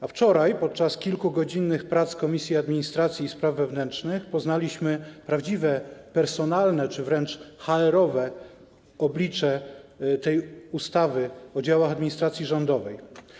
A wczoraj podczas kilkugodzinnych prac Komisji Administracji i Spraw Wewnętrznych poznaliśmy prawdziwe, personalne czy wręcz HR-owe oblicze ustawy o działach administracji rządowej.